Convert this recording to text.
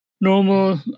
normal